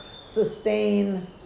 sustain